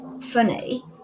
funny